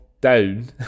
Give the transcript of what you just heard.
down